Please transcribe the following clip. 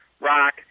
rock